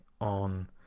on